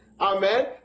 Amen